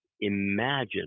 imagine